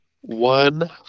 one